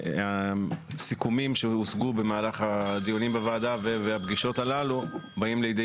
הסיכומים שהושגו במהלך הדיונים בוועדה והפגישות הללו באים לידי